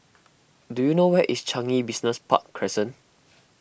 do you know where is Changi Business Park Crescent